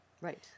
Right